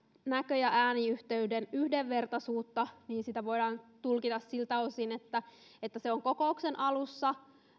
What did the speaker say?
näkö ja ääniyhteyden yhdenvertaisuutta voidaan tulkita siltä osin että että kokouksen alussa